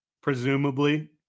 presumably